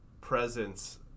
presence